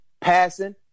passing